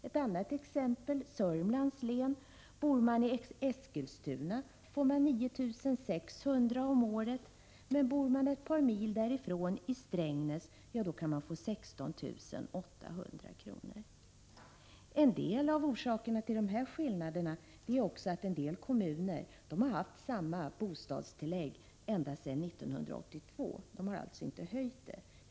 Ett annat exempel från Södermanlands län: Bor man i Eskilstuna får man 9 600 kr. om året. Men om man bor ett par mil därifrån, i Strängnäs, kan man få 16 800 kr. En av orsakerna till dessa skillnader är att en del kommuner har haft samma bostadstillägg ända sedan 1982. De har alltså inte höjt det.